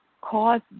cause